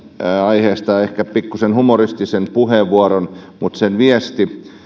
aiheesta ehkä pikkuisen humoristisen puheenvuoron mutta sen viesti